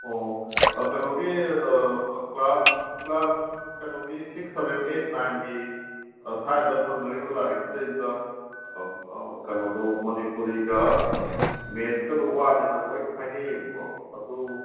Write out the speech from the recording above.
ꯑꯣ ꯑꯣ ꯀꯩꯅꯣꯒꯤ ꯀ꯭ꯂꯥꯁ ꯀꯩꯅꯣꯒꯤ ꯁꯤꯛꯁ ꯁꯕꯦꯟ ꯑꯩꯠ ꯅꯥꯏꯟꯒꯤ ꯑꯥ ꯁ꯭ꯋꯥꯏꯗ ꯐꯪꯅꯔꯤꯕ ꯂꯥꯏꯔꯤꯛꯁꯤꯗꯩꯗ ꯀꯩꯅꯣꯗꯣ ꯃꯅꯤꯄꯨꯔꯤꯒ ꯃꯦꯠꯀꯗꯣ ꯋꯥꯠꯂꯦꯅ ꯂꯣꯏ ꯍꯥꯏꯅꯩꯌꯦꯕꯀꯣ ꯑꯗꯨ